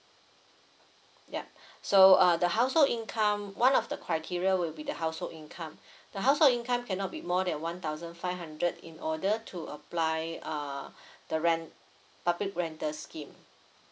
ya so uh the household income one of the criteria will be the household income the household income cannot be more than one thousand five hundred in order to apply uh the rent public rental scheme